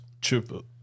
Triple